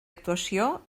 actuació